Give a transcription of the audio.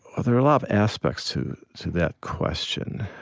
ah there are a lot of aspects to to that question.